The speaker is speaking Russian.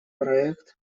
проект